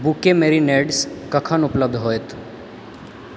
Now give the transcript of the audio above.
bouquet marinades कखन उपलब्ध होयत